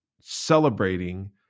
celebrating